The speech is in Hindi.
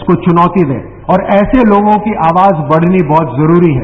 उसको चुनौती दें और ऐसे लोगों की आवाज बढ़नी बहुत जरूरी है